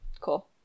Cool